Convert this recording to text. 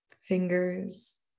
fingers